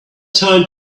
time